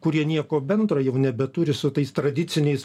kurie nieko bendro jau nebeturi su tais tradiciniais